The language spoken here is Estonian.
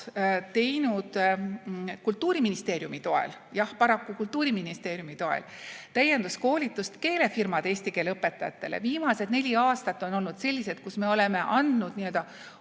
teinud Kultuuriministeeriumi toel – jah, paraku Kultuuriministeeriumi toel – täienduskoolitust keelefirmade eesti keele õpetajatele. Viimased neli aastat on olnud sellised, kus me oleme andnud uuenenud